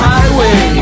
Highway